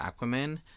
Aquaman